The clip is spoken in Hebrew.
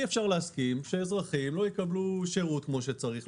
אי אפשר להסכים שהאזרחים לא יקבלו שירות כמו שצריך,